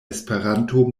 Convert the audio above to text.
esperanto